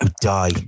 die